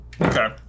Okay